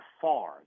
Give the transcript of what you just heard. far